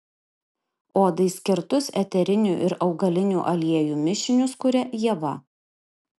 odai skirtus eterinių ir augalinių aliejų mišinius kuria ieva